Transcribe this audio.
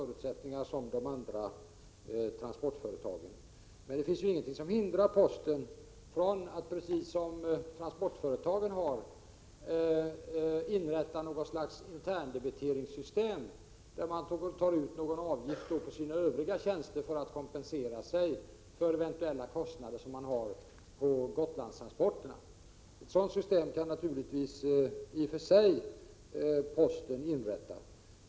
Det finns emellertid inget som hindrar posten från att, precis som transportföretagen har gjort, inrätta något slags interndebiteringssystem där man tar ut en avgift på sina övriga tjänster för att kompensera sig för eventuella kostnader som man har på Gotlandstransporterna. Ett sådant system kan naturligtvis posten i och för sig inrätta.